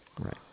Right